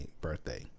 birthday